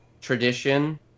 tradition